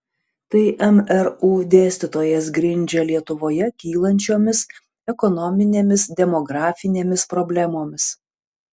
tai mru dėstytojas grindžia lietuvoje kylančiomis ekonominėmis demografinėmis problemomis